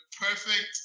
perfect